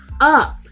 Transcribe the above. up